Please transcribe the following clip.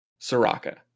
Soraka